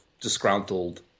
disgruntled